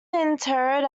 interred